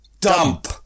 dump